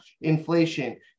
inflation